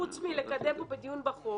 חוץ מלקדם פה את הדיון בחוק,